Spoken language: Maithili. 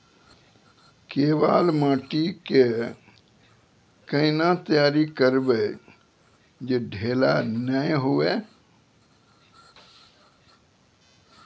केवाल माटी के कैना तैयारी करिए जे ढेला नैय हुए?